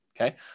Okay